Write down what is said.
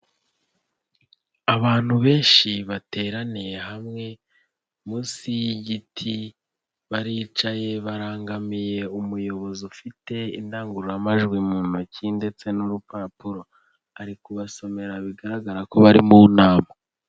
Abantu benshi bateraniye hamwe munsi y'igiti, baricaye barangamiye umuyobozi ufite indangururamajwi mu ntoki ndetse n'urupapuro, ari kubasomera bigaragara ko bari mu nama.